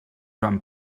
joan